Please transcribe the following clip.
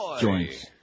joints